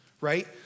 Right